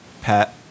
Pat